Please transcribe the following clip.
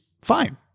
fine